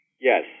Yes